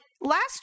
last